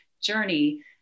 journey